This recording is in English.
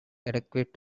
adequate